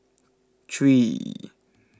three